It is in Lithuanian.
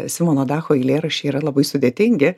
simono dacho eilėraščiai yra labai sudėtingi